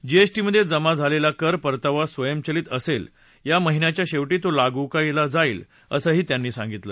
जीएसटीमधे जमा झालेला कर परतावा स्वयंचलित असेल या महिन्याच्या शेवटी तो लागू केला जाईल असंही त्यांनी सांगितलं